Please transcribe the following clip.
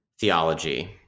theology